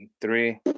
Three